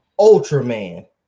Ultraman